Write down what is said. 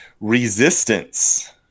Resistance